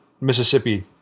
Mississippi